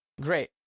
Great